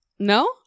No